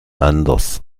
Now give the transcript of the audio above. anders